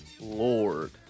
Lord